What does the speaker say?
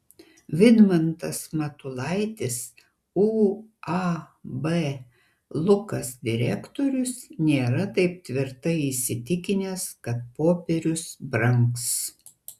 vidmantas matulaitis uab lukas direktorius nėra taip tvirtai įsitikinęs kad popierius brangs